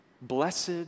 Blessed